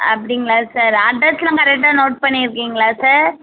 அப்படிங்களா சார் அட்ரெஸ்லாம் கரெக்டாக நோட் பண்ணியிருக்கீங்களா சார்